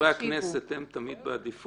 אמרתי, מאחר וחברי הכנסת הם תמיד בעדיפות.